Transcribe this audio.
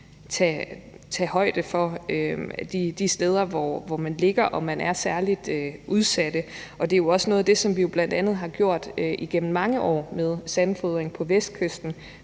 tage højde for de steder, hvor man ligger og man er særlig udsat, og det er jo også noget af det, som vi bl.a. har gjort igennem mange år med sandfodring på Vestkysten.